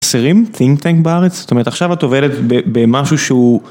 think tank בארץ, זאת אומרת עכשיו את עובדת במשהו שהוא.